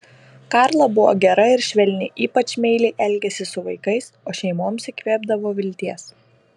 karla buvo gera ir švelni ypač meiliai elgėsi su vaikais o šeimoms įkvėpdavo vilties